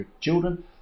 children